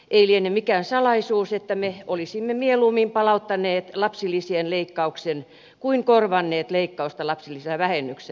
ei liene mikään salaisuus että me olisimme mieluummin palauttaneet lapsilisien leikkauksen kuin korvanneet leikkausta lapsivähennyksellä